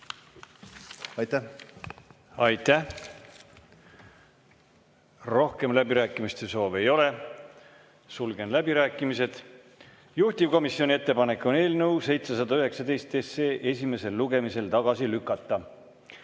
loodan. Aitäh! Rohkem läbirääkimiste soovi ei ole, sulgen läbirääkimised. Juhtivkomisjoni ettepanek on eelnõu 719 esimesel lugemisel tagasi lükata.